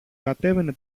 κατέβαινε